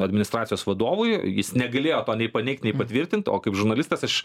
administracijos vadovui jis negalėjo to nei paneigt nei patvirtint o kaip žurnalistas aš